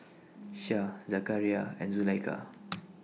Syah Zakaria and Zulaikha